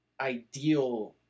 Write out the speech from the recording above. ideal